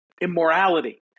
immorality